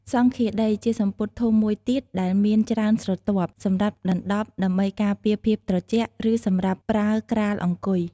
សង្ឃាដីជាសំពត់ធំមួយទៀតដែលមានច្រើនស្រទាប់ សម្រាប់ដណ្ដប់ដើម្បីការពារភាពត្រជាក់ ឬសម្រាប់ប្រើក្រាលអង្គុយ។